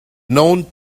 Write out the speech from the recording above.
known